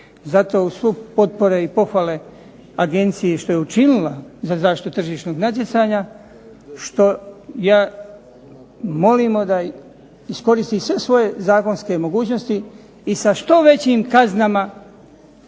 Zato u skup potpore i pohvale agenciji što je učinila za zaštitu tržišnog natjecanja što ja molimo da iskoristi sve svoje zakonske mogućnosti i sa što većim mjerama